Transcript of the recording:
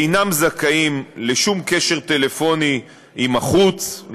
אינם זכאים לשום קשר טלפוני עם החוץ,